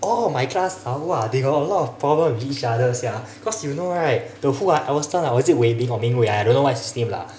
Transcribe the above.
oh my class ah !wah! they got a lot of problem with each other sia cause you know right the who ah elston ah or is it wei ming or ming wei I I don't know what is his name lah